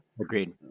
Agreed